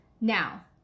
Now